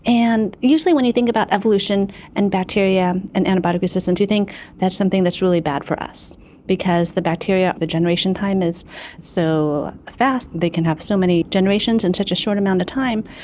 and usually when you think about evolution and bacteria and antibiotic resistance you think that's something that's really bad for us because the bacteria, the generation time is so fast, they can have so many generations in such a short amount of time,